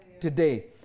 today